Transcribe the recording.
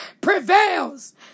prevails